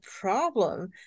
problem